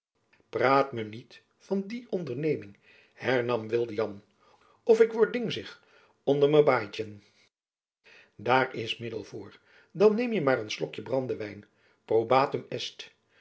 praat me niet van die onderneming hernam wilde jan of ik word dingzig onder me baaitjen daar is middel voor dan neemje maar een slok brandewijn probatum